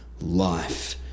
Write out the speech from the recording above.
life